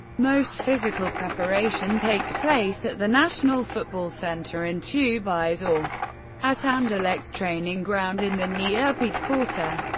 most physical preparation takes place at the national football centre in tubize, or at anderlecht's training ground in the neerpede quarter.